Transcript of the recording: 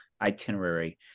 itinerary